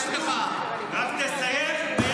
רק תסיים ב"ביחד ננצח".